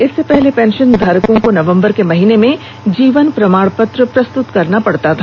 इससे पहले पेंशनधारकों को नवंबर के महीने में जीवन प्रमाण पत्र प्रस्तुत करना पडता था